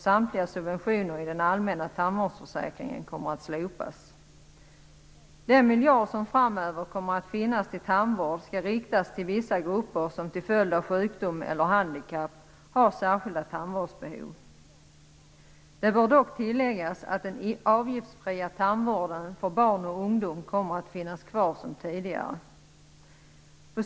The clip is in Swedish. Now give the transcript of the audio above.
Samtliga subventioner i den allmänna tandvårdsförsäkringen kommer att slopas. Den miljard som framöver kommer att finnas till tandvård skall riktas till vissa grupper som till följd av sjukdom eller handikapp har särskilda tandvårdsbehov. Det bör dock tilläggas att den avgiftsfria tandvården för barn och ungdom kommer att finnas kvar som tidigare.